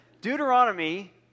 Deuteronomy